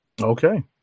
Okay